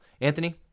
Anthony